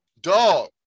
Dog